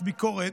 ביקורת,